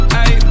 Hey